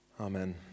Amen